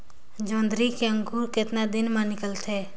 जोंदरी के अंकुर कतना दिन मां निकलथे?